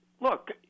look